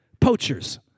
poachers